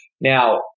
Now